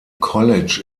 college